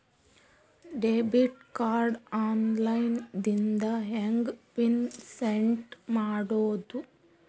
Debit card online ದಿಂದ ಹೆಂಗ್ pin set ಮಾಡೋದು?